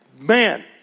Man